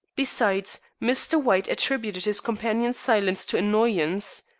besides, mr. white attributed his companion's silence to annoyance.